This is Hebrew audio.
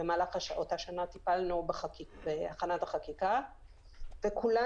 במהלך אותה שנה טיפלנו בהכנת החקיקה וכולנו